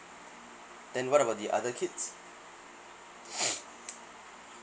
then what about the other kids